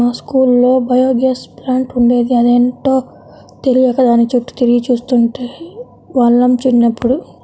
మా స్కూల్లో biogas plant ఉండేది, అదేంటో తెలియక దాని చుట్టూ తిరిగి చూస్తుండే వాళ్ళం చిన్నప్పుడు